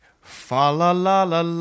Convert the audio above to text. Fa-la-la-la-la